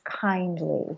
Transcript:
kindly